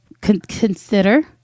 consider